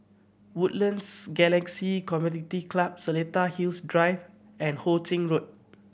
Woodlands Galaxy Community Club Seletar Hills Drive and Ho Ching Road